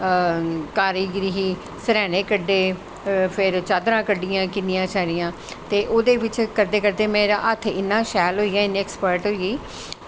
कारीगिरी ही सरैह्ने कड्डे फिर चादरां कड्डियां किन्नियां सारियां ते ओह्दे बिच्च करदे करदे ओह्दे बिच्च मेरा हत्थ इन्ना शैल होई गेआ इन्नी अक्सपर्ट होई गेई